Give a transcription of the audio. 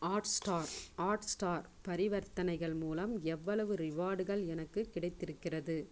hot star Hotstar பரிவர்த்தனைகள் மூலம் எவ்வளவு ரிவார்டுகள் எனக்குக் கிடைத்திருக்கிறது